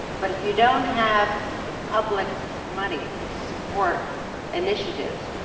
but if you don't have the public monies to support initiatives,